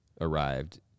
arrived